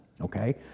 okay